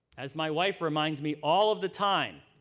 as my wife reminds me all of the time,